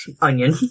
Onion